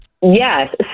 Yes